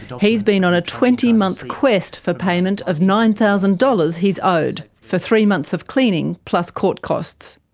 and he's been on a twenty month quest for payment of nine thousand dollars he's owed, for three months of cleaning, plus court costs.